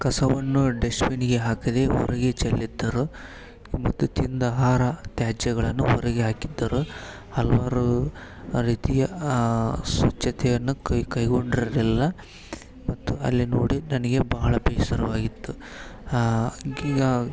ಕಸವನ್ನು ಡಸ್ಟ್ ಬಿನ್ನಿಗೆ ಹಾಕದೇ ಹೊರಗೆ ಚೆಲ್ಲಿದ್ದರು ಮತ್ತು ತಿಂದ ಅಹಾರ ತ್ಯಾಜ್ಯಗಳನ್ನು ಹೊರಗೆ ಹಾಕಿದ್ದರು ಹಲವಾರು ರೀತಿಯ ಸ್ವಚ್ಛತೆಯನ್ನು ಕೈ ಕೈಗೊಂಡಿರರಿಲ್ಲ ಮತ್ತು ಅಲ್ಲಿ ನೋಡಿ ನನಗೆ ಬಹಳ ಬೇಸರವಾಗಿತ್ತು ಹಾ